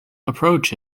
approach